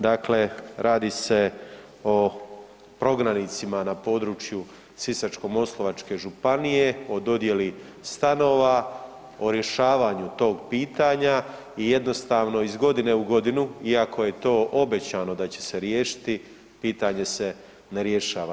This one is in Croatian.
Dakle, radi se o prognanicima na području Sisačko-moslavačke županije o dodijeli stanova, o rješavanju tog pitanja i jednostavno iz godine u godinu iako je to obećano da će se riješiti pitanje se ne rješava.